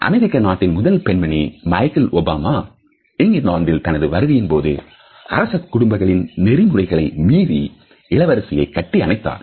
அமெரிக்க நாட்டின் முதல் பெண்மணி மைக்கேல் ஒபாமா இங்கிலாந்தில் தனது வருகையின்போது அரச குடும்பங்களில் நெறிமுறைகளை மீறி இளவரசி கட்டி அணைத்தார்